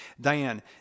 Diane